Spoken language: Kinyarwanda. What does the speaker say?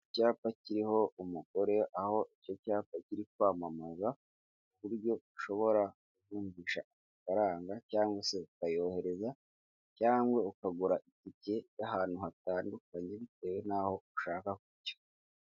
Icyapa kiriho umugore, aho icyo cyapa kiri kwamamaza uburyo ushobora kuvunjisha amafaranga cyangwa se ukayohereza cyangwa ukagura itike y'ahantu hatandukanye bitewe n'aho ushaka kujya.